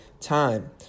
time